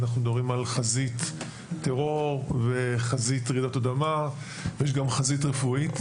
אנחנו מדברים על חזית טרור וחזית רעידות אדמה ויש גם חזית רפואית,